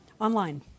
online